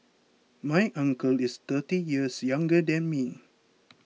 my uncle is thirty years younger than me